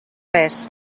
res